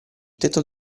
tetto